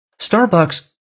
Starbucks